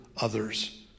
others